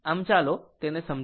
આમ ચાલો તેને સમજાવું